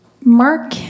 Mark